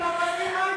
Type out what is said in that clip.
תראי את מי את מגבה,